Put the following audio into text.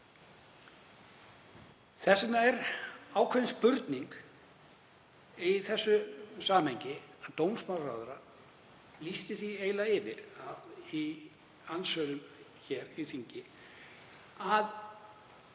Þess vegna er ákveðin spurning í þessu samhengi. Dómsmálaráðherra lýsti því eiginlega yfir í andsvörum hér í þinginu að